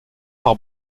par